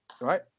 right